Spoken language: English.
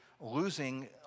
losing